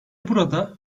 burada